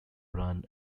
run